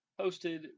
hosted